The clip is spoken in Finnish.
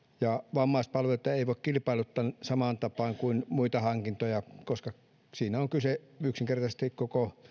vammaispalveluita ei voi kilpailuttaa samaan tapaan kuin muita hankintoja koska niissä on kyse yksinkertaisesti koko